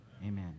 amen